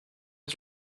his